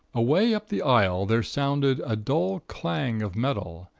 away up the aisle, there sounded a dull clang of metal,